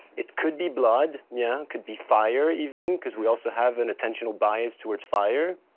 it could be blood, yeah, could be fire even because we also have an attentional bias towards fire.